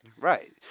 Right